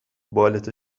بالت